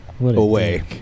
away